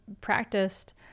practiced